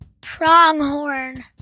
Pronghorn